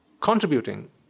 contributing